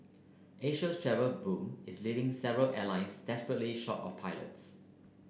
Asia's travel boom is leaving several airlines desperately short of pilots